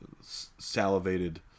salivated